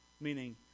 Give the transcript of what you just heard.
Meaning